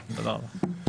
תודה.